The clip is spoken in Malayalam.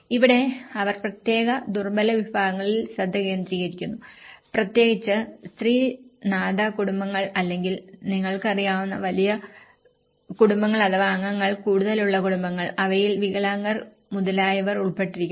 ഇവിടെ അവർ പ്രത്യേക ദുർബല വിഭാഗങ്ങളിൽ ശ്രദ്ധ കേന്ദ്രീകരിക്കുന്നു പ്രത്യേകിച്ച് സ്ത്രീ നാഥ കുടുംബങ്ങൾ അല്ലെങ്കിൽ നിങ്ങൾക്ക് അറിയാവുന്ന വലിയ കുടുംബങ്ങൾ അഥവാ അംഗങ്ങൾ കൂടുതലുള്ള കുടുംബങ്ങൾ അവയിൽ വികലാംഗർ മുതലായവർ ഉൾപ്പെടുന്നു